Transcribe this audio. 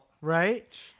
right